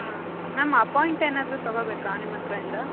ಹಾಂ ma'am appoint ಏನಾದರೂ ತಗೋಬೇಕಾ ನಿಮ್ಮ ಹತ್ರಯಿಂದ